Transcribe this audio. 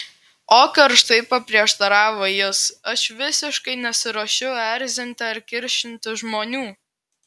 o karštai paprieštaravo jis aš visiškai nesiruošiu erzinti ar kiršinti žmonių